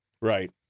Right